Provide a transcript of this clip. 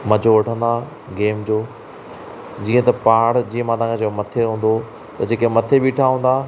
मजो वठंदा हुआ गेम जो जीअं त पहाड़ जीअं मां तव्हांखे चयो मथे हूंदो त जेके मथे ॿीठा हूंदा